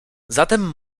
zatem